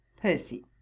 Percy